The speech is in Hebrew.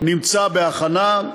נמצא בהכנה,